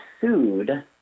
sued